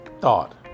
thought